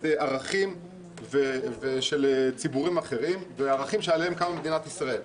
ערכים של ציבורים אחרים וערכים שעליהם קמה מדינת ישראל.